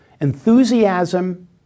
enthusiasm